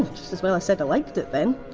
just as well i said i liked it then!